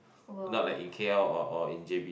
not like in K_L or or in J_B